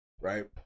right